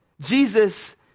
Jesus